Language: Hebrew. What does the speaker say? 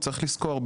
צריך לזכור,